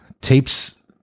tapes